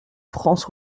france